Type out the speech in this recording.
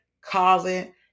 causing